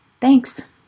Thanks